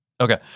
Okay